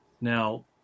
Now